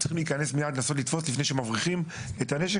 הוא צריך להיכנס מיד לנסות לתפוס לפני שמבריחים את הנשק,